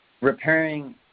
repairing